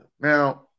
Now